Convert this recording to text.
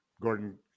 Gordon